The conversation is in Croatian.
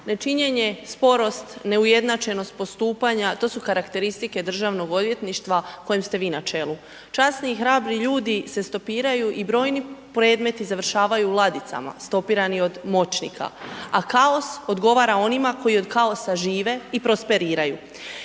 nečinjenje, sporost, neujednačenost postupanja to su karakteristike državnog odvjetništva kojem ste vi na čelu. Časni i hrabri ljudi se stopiraju i brojni predmeti završavaju u ladicama stopirani od moćnika, a kaos odgovara onima koji od kaosa žive i prosperiraju.